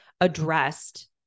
addressed